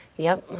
yeah,